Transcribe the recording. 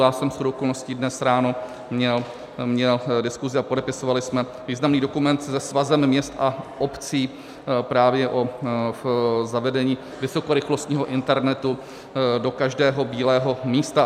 Já jsem shodou okolností dnes ráno měl diskusi a podepisovali jsme významný dokument se Svazem měst a obcí právě o zavedení vysokorychlostního internetu do každého bílého místa.